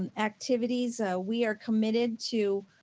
and activities we are committed to,